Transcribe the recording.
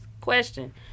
Question